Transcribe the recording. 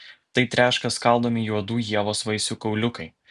tai treška skaldomi juodų ievos vaisių kauliukai